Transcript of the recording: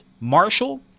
Marshall